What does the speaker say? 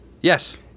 Yes